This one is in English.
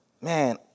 man